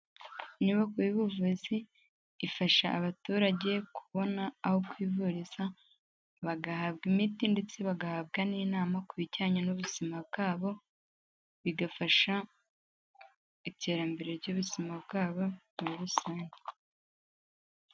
Inyubako y'ubuvuzi ifasha abaturage kubona aho kwivuriza, bagahabwa imiti ndetse bagahabwa n'inama ku bijyanye n'ubuzima bwabo, bigafasha iterambere ry'ubuzima bwabo muri rusange.